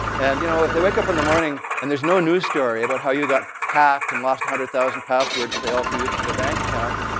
and you know if they wake up in the morning and there's no news story about how you got hacked and lost one hundred thousand passwords that they also used for their bank accounts,